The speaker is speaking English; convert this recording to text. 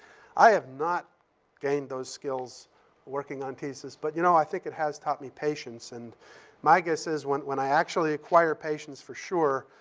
i have not gained those skills working on tsis, but, you know, i think it has taught me patience, and my guess is when when i actually acquire patience for sure,